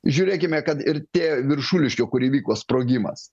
žiūrėkime kad ir tie viršuliškių kur įvyko sprogimas